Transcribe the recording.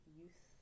youth